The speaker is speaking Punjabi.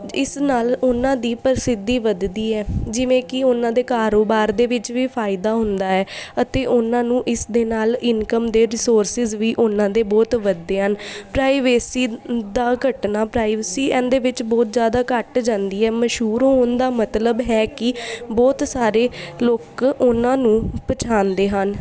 ਇਸ ਨਾਲ ਉਹਨਾਂ ਦੀ ਪ੍ਰਸਿੱਧੀ ਵੱਧਦੀ ਹੈ ਜਿਵੇਂ ਕਿ ਉਹਨਾਂ ਦੇ ਕਾਰੋਬਾਰ ਦੇ ਵਿੱਚ ਵੀ ਫ਼ਾਇਦਾ ਹੁੰਦਾ ਹੈ ਅਤੇ ਉਹਨਾਂ ਨੂੰ ਇਸ ਦੇ ਨਾਲ ਇਨਕਮ ਦੇ ਰਿਸੋਰਸਿਜ਼ ਵੀ ਉਹਨਾਂ ਦੇ ਬਹੁਤ ਵੱਧਦੇ ਹਨ ਪ੍ਰਾਈਵੇਸੀ ਦਾ ਘਟਨਾ ਪ੍ਰਾਈਵੇਸੀ ਇਹਨਾਂ ਦੇ ਵਿੱਚ ਬਹੁਤ ਜ਼ਿਆਦਾ ਘੱਟ ਜਾਂਦੀ ਹੈ ਮਸ਼ਹੂਰ ਹੋਣ ਦਾ ਮਤਲਬ ਹੈ ਕਿ ਬਹੁਤ ਸਾਰੇ ਲੋਕ ਉਹਨਾਂ ਨੂੰ ਪਛਾਣਦੇ ਹਨ